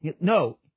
No